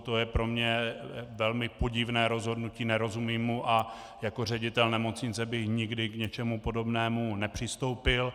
To je pro mě velmi podivné rozhodnutí, nerozumím mu a jako ředitel nemocnice bych nikdy k něčemu podobnému nepřistoupil.